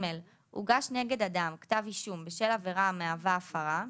הוגש נגד אדם כתב אישום בשל עבירה המהווה הפרה,